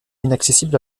inaccessible